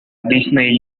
disney